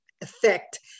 effect